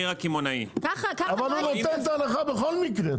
אבל הוא נותן את ההנחה בכל מקרה,